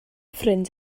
ffrind